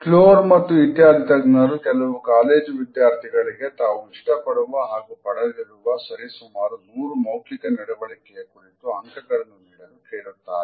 ಕ್ಲೋರ್ ಮತ್ತು ಇತ್ಯಾದಿ ತಜ್ಞರು ಕೆಲವು ಕಾಲೇಜು ವಿದ್ಯಾರ್ಥಿಗಳಿಗೆ ತಾವು ಇಷ್ಟಪಡುವ ಹಾಗೂ ಪಡೆದಿರುವ ಸರಿಸುಮಾರು 100 ಮೌಖಿಕ ನಡುವಳಿಕೆಯ ಕುರಿತು ಅಂಕಗಳನ್ನು ನೀಡಲು ಕೇಳುತ್ತಾರೆ